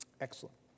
excellent